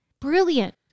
brilliant